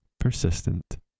Persistent